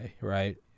Right